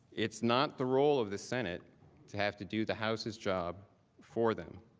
it is not the role of the senate to have to do the houses job for them.